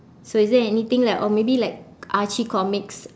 so is there anything like or maybe like archie comics